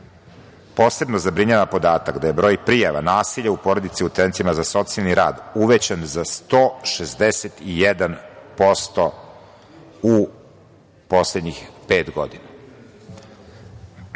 Posebno zabrinjava podatak da je broj prijava nasilja u porodicu u centrima za socijalni rad uvećan za 161% u poslednjih pet